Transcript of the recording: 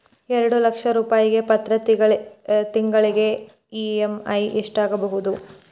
ಎರಡು ಲಕ್ಷ ರೂಪಾಯಿಗೆ ಪ್ರತಿ ತಿಂಗಳಿಗೆ ಇ.ಎಮ್.ಐ ಎಷ್ಟಾಗಬಹುದು?